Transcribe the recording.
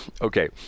Okay